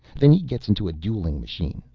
then he gets into a dueling machine.